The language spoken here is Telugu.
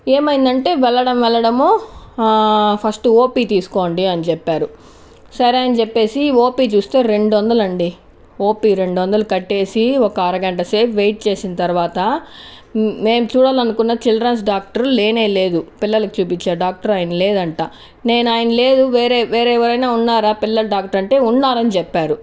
ఏమైందంటే వెళ్లడం వెళ్ళడం ఫస్ట్ ఓపి తీసుకోండి అని చెప్పారు సరే అని చెప్పేసి ఓపి చూస్తే రెండు వందల అండి ఓపి రెండు వందలు కట్టేసి ఒక అరగంట సేపు వెయిట్ చేసిన తర్వాత నేను చూడాలనుకున్న చిల్డ్రన్స్ డాక్టర్ లేనేలేదు పిల్లలకి చూపించే డాక్టర్ ఆయన లేదంట నేను ఆయన లేదు వేరే వేరే ఎవరైనా ఉన్నారా పిల్ల డాక్టర్ అంటే ఉన్నారని చెప్పారు